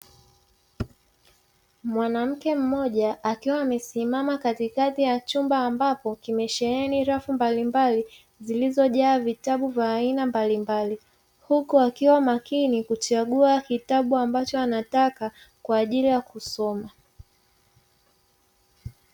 Mwanamke mmoja akiwa amesimama katikati ya chumba ambapo kimesheni rafu mbalimbali zilizojaa vitabu vya aina mbalimbali, huku akiwa makini kuchagua kitabu ambacho anataka kwa ajili ya kusoma.